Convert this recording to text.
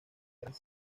grand